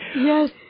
Yes